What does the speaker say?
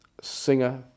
singer